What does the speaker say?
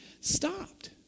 Stopped